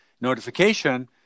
notification